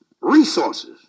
Resources